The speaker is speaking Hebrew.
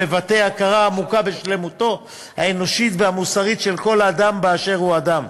המבטא הכרה עמוקה בשלמותו האנושית והמוסרית של כל אדם באשר הוא אדם,